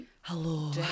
Hello